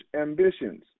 ambitions